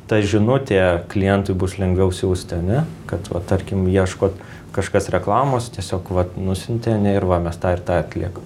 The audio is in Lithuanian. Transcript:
ta žinutė klientui bus lengviau siųst ane kad va tarkim ieškot kažkas reklamos tiesiog vat nusiuntė ane ir va mes tą ir tą atliekam